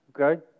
okay